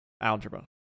algebra